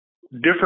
different